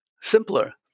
simpler